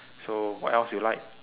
so what else you like